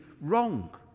wrong